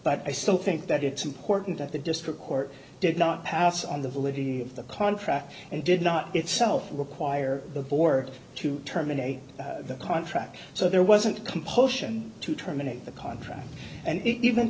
but i still think that it's important that the district court did not pass on the validity of the contract and did not itself require the board to terminate the contract so there wasn't a compulsion to terminate the contract and even